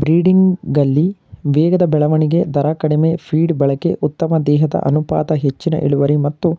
ಬ್ರೀಡಿಂಗಲ್ಲಿ ವೇಗದ ಬೆಳವಣಿಗೆ ದರ ಕಡಿಮೆ ಫೀಡ್ ಬಳಕೆ ಉತ್ತಮ ದೇಹದ ಅನುಪಾತ ಹೆಚ್ಚಿನ ಇಳುವರಿ ಮತ್ತು